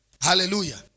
Hallelujah